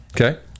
okay